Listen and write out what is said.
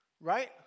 Right